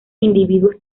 individuos